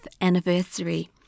anniversary